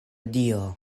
dio